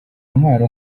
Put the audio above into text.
intwaro